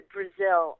Brazil